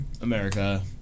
America